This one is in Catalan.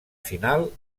final